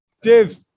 Dave